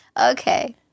Okay